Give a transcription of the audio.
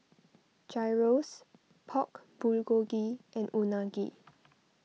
Gyros Pork Bulgogi and Unagi